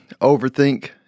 overthink